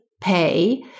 pay